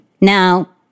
Now